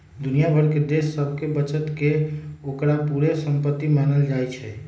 दुनिया भर के देश सभके बचत के ओकर पूरे संपति मानल जाइ छइ